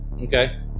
Okay